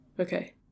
Okay